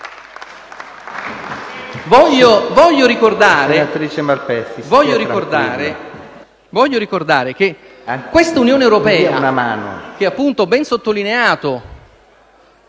Voglio ricordare che questa Unione europea - ho ben sottolineato